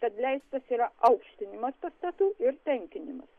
kad leistas yra aukštinimas pastatų ir tankinimas